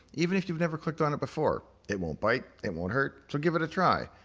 even if you've never clicked on it before. it won't bite, it won't hurt, so give it a try.